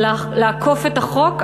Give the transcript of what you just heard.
ולעקוף את החוק,